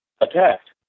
attacked